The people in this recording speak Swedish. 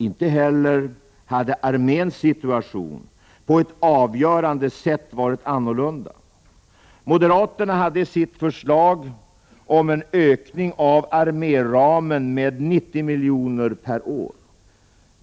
Inte heller hade arméns situation på ett avgörande sätt varit annorlunda. Moderaterna hade i sitt förslag en ökning av arméramen med 90 miljoner per år.